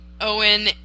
Owen